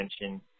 attention